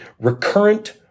recurrent